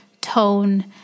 tone